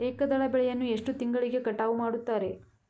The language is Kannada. ಏಕದಳ ಬೆಳೆಯನ್ನು ಎಷ್ಟು ತಿಂಗಳಿಗೆ ಕಟಾವು ಮಾಡುತ್ತಾರೆ?